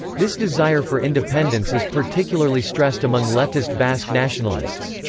this desire for independence is particularly stressed among leftist basque nationalists.